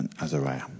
Azariah